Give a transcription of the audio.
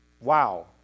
wow